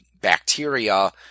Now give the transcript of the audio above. bacteria